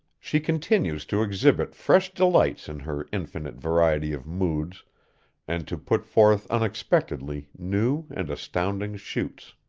she continues to exhibit fresh delights in her infinite variety of moods and to put forth unexpectedly new and astounding shoots.